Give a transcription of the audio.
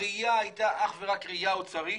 הראייה הייתה אך ורק ראייה אוצרית,